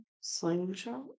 slingshot